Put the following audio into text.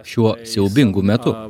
šiuo siaubingu metu